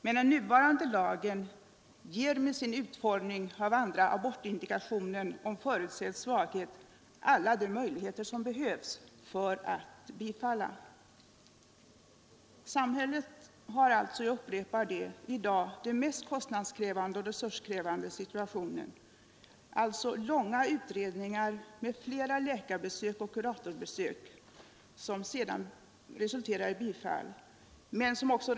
Men den Nr 60 nuvarande lagen ger med sin utformning av andra abortindikationer, som Onsdagen den förutsedd svaghet, alla de möjligheter som behövs för ett bifall till N Samhället befinner sig alltså i dag, jag upprepar det, i den mest kostnadskrävande och resurskrävande situationen. Man gör långa utredningar, det blir flera läkaroch kuratorbesök som till sist resulterar i ett bifall.